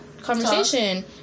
conversation